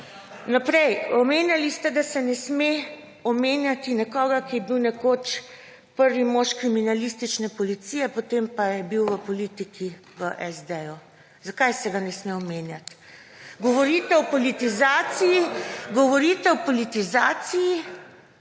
Naprej. Omenjali ste, da se ne sme omenjati nekoga, ki je bil nekoč prvi mož Kriminalistične policije, potem pa je bil v politiki v SD. Zakaj se ga ne sme omenjati? Govorite o politizaciji danes, da